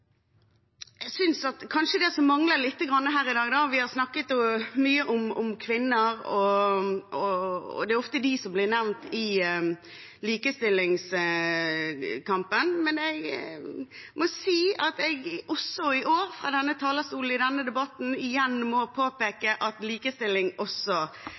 Vi har snakket mye om kvinner, og det er ofte de som blir nevnt i likestillingskampen, men jeg må si at jeg også i år fra denne talerstolen, i denne debatten, må påpeke at likestilling også